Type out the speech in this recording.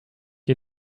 you